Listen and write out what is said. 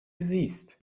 زیست